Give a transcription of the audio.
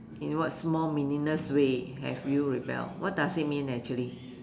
in what small meaningless way have you rebelled what does it mean actually